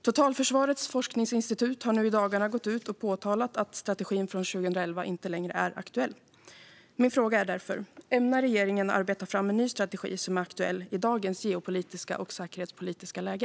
Totalförsvarets forskningsinstitut har i dagarna gått ut och påtalat att strategin från 2011 inte längre är aktuell. Min fråga är därför: Ämnar regeringen arbeta fram en ny strategi som är aktuell i dagens geopolitiska och säkerhetspolitiska läge?